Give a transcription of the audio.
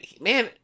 man